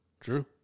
True